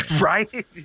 Right